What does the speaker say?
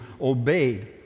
obeyed